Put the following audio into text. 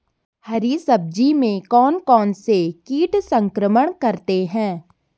हरी सब्जी में कौन कौन से कीट संक्रमण करते हैं?